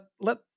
let